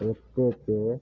एक्को ते